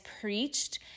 preached